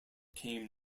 came